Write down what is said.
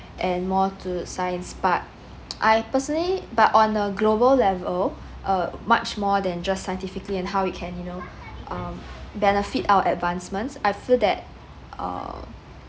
and more to science part I personally but on the global level uh much more than just scientifically and how it can you know um benefit our advancements I feel that err